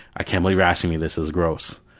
i can't believe you're asking me, this is gross.